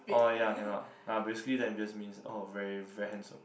oh ya cannot ah basically that just means oh very very handsome